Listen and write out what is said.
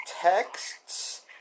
texts